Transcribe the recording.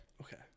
Okay